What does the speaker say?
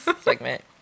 segment